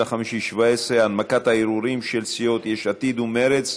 2017. הנמקת הערעורים של סיעות יש עתיד ומרצ,